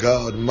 God